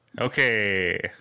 Okay